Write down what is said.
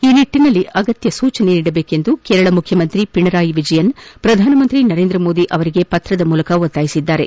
ಈ ನಿಟ್ಟನಲ್ಲಿ ಅಗತ್ಯ ಸೂಜನೆ ನೀಡಬೇಕೆಂದು ಕೇರಳ ಮುಖ್ಯಮಂತ್ರಿ ಪಿಣರಾಯಿ ವಿಜಯನ್ ಪ್ರಧಾನಮಂತ್ರಿ ನರೇಂದ್ರಮೋದಿ ಅವರಿಗೆ ಪತ್ರ ಮೂಲಕ ಒತ್ತಾಯಿಸಿದ್ದಾರೆ